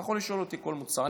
אתה יכול לשאול אותי כל מוצר.